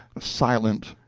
silent,